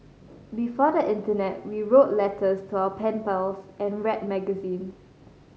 before the internet we wrote letters to our pen pals and read magazines